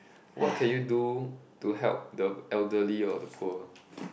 what can you do to help the elderly or the poor